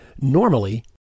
normally